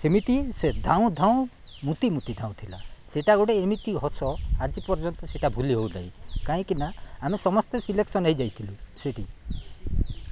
ସେମିତି ସେ ଧାଉଁ ଧାଉଁ ମୁତିମୁତି ଧାଉଁ ଥିଲା ସେଇଟା ଗୋଟେ ଏମିତି ହସ ଆଜି ପର୍ଯ୍ୟନ୍ତ ସେଇଟା ଭୁଲି ହଉ ନାହିଁ କାହିଁକିନା ଆମେ ସମସ୍ତେ ସିଲେକ୍ସନ୍ ହେଇଯାଇଥିଲୁ ସେଠି